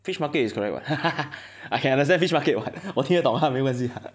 fish market is correct [what] I can understand fish market [what] 我听得懂它没关系